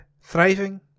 Thriving